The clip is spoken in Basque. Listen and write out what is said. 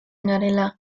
garela